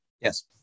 Yes